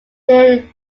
their